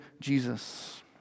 Jesus